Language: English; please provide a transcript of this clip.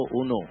uno